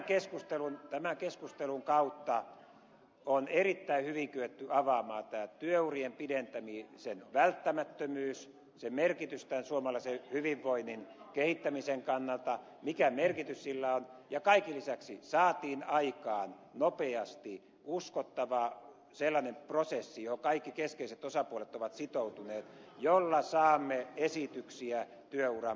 tämän keskustelun kautta on erittäin hyvin kyetty avaamaan tämä työurien pidentämisen välttämättömyys sen merkitys tämän suomalaisen hyvinvoinnin kehittämisen kannalta ja kaiken lisäksi saatiin aikaan nopeasti sellainen uskottava prosessi johon kaikki keskeiset osapuolet ovat sitoutuneet ja jolla saamme esityksiä työuran